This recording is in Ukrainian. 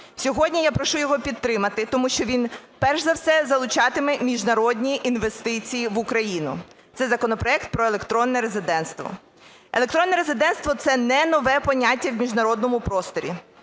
Сьогодні я прошу його підтримати, тому що він перш за все залучатиме міжнародні інвестиції в Україну. Це законопроект про електронне резидентство. Електронне резидентство, це не нове поняття в міжнародному просторі.